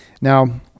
now